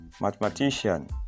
mathematician